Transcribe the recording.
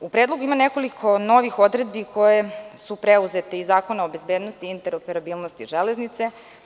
U predlogu ima nekoliko novih odredbi koje su preuzete iz Zakona o bezbednosti i interoperabilnosti železnice.